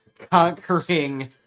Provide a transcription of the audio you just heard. Conquering